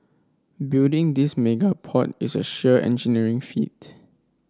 building this mega port is a sheer engineering feat